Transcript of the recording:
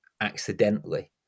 accidentally